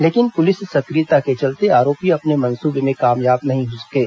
लेकिन पुलिस सक्रियता के चलते आरोपी अपने मंसूबे में कामयाब नहीं हो सकें